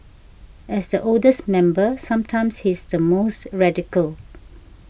as the oldest member sometimes he's the most radical